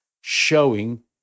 showing